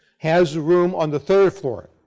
has a room on the third floor.